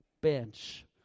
bench